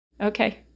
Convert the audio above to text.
Okay